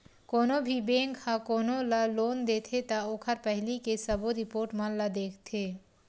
कोनो भी बेंक ह कोनो ल लोन देथे त ओखर पहिली के सबो रिपोट मन ल देखथे